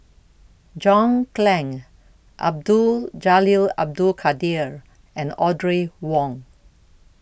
John Clang Abdul Jalil Abdul Kadir and Audrey Wong